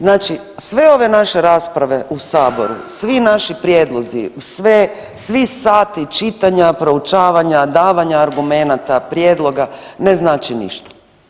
Znači sve ove naše rasprave u saboru, svi naši prijedlozi, svi sati čitanja, proučavanja, davanja argumenata, prijedloga ne znači ništa.